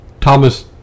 Thomas